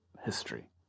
history